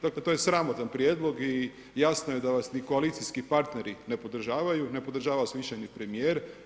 Dakle to je sramotan prijedlog i jasno je da vas ni koalicijski partneri ne podržavaju, ne podržava vas više ni premijer.